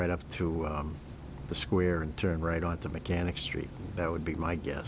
right up through the square and turn right on to mechanic street that would be my guess